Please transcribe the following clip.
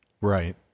Right